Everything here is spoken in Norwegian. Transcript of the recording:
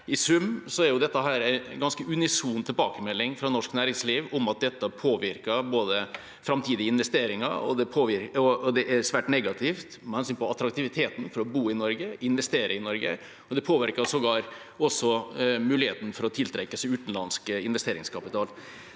I sum er jo det en ganske unison tilbakemelding fra norsk næringsliv om at dette påvirker framtidige investeringer, og det er svært negativt med hensyn til attraktiviteten for å bo i Norge og investere i Norge. Det påvirker sågar muligheten for å tiltrekke seg utenlandsk investeringskapital.